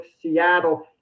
Seattle